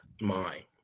mind